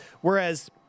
whereas